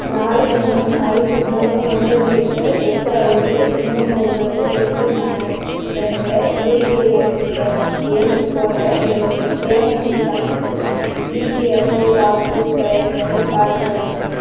நாலு மூணு ஐந்து மூணு ஒன்பது எட்டு எட்டு ஐந்து மூணு ஒன்பது எட்டு நாலு என்ற யூஏஎன் என் எண் கொண்ட என்னுடைய சேமநிதிக் கணக்கு இபிஎஃப்ஓ பாஸ்புக் பேலன்ஸை பார்க்க வேண்டும்